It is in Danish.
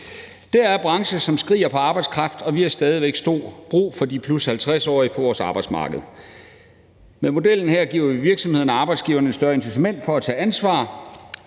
Der er brancher, der skriger på arbejdskraft, og vi har stadig væk stor brug for de 50+-årige på vores arbejdsmarked. Med modellen her giver vi virksomhederne og arbejdsgiverne et større incitament til at tage ansvar